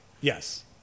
Yes